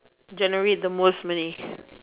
generate the most money